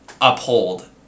uphold